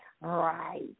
right